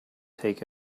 take